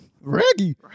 Reggie